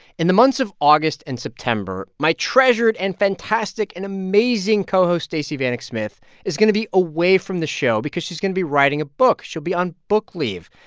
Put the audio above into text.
in the months of august and september, my treasured and fantastic and amazing co-host stacey vanek smith is going to be away from the show because she's going to be writing a book. she'll be on book leave.